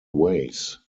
ways